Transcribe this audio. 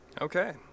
Okay